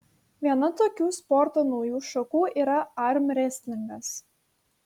viena tokių sporto naujų šakų yra armrestlingas